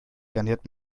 garniert